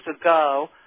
ago